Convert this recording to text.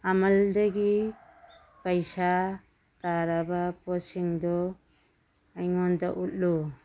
ꯑꯃꯜꯗꯒꯤ ꯄꯩꯁꯥ ꯇꯥꯔꯕ ꯄꯣꯠꯁꯤꯡꯗꯨ ꯑꯩꯉꯣꯟꯗ ꯎꯠꯂꯨ